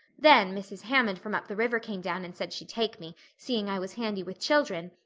then mrs. hammond from up the river came down and said she'd take me, seeing i was handy with children,